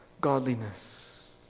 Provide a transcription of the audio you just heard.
godliness